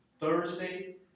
Thursday